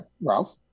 Ralph